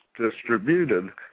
distributed